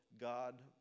God